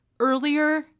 earlier